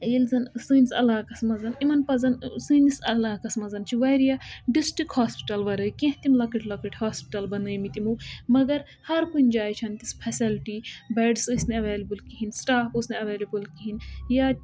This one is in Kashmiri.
یِیٚلہِ زَن سٲنِس علاقَس منٛز یِمَن پزَن سٲنِس علاقَس منٛز چھُ واریاہ ڈِسٹِک ہاسپِٹَل ورٲے کیٚنٛہہ تِم لۅکٕٹۍ لۅکٹۍ ہاسپٕٹل بنے مٕتۍ یِمو مگر ہَر کُنہِ جایہِ چھَنہٕ تِژھ فیسلٹِی بیٚڈٕس ٲسۍ نہٕ ایولِیبٕل کِہیٖنٛۍ سِٹاف اوس نہٕ ایولِیبٕل کِہیٖنٛۍ یا